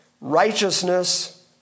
righteousness